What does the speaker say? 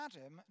Adam